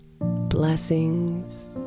blessings